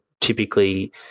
typically